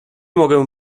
mogę